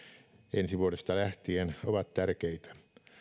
ensi vuodesta lähtien ovat tärkeitä